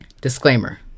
disclaimer